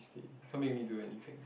okay can't make me do anything